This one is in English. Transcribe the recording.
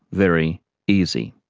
very easy.